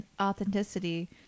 authenticity